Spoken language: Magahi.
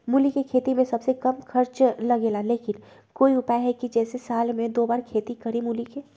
मूली के खेती में सबसे कम खर्च लगेला लेकिन कोई उपाय है कि जेसे साल में दो बार खेती करी मूली के?